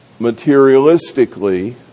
materialistically